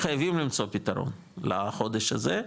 חייבים למצוא פתרון לחודש הזה,